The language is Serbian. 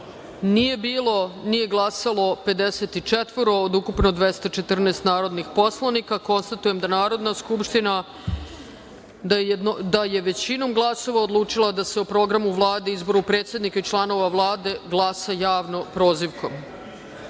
nije glasalo 54 od ukupno 214 narodnih poslanika. Konstatujem da je Narodna skupština većinom glasova odlučila da se o Programu Vladi i izboru predsednika i članova Vlade glasa javno, prozivkom. Pošto